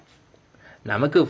நமக்கு:nammakku